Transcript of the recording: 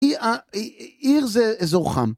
‫עיר, אה... עיר זה אזור חם.